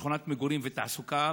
שכונת מגורים ותעסוקה,